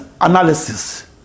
analysis